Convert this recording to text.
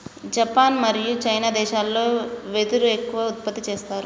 Japan మరియు China దేశాలల్లో వెదురు ఎక్కువ ఉత్పత్తి చేస్తారు